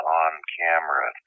on-camera